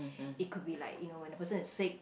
it could be like you know when the person is sick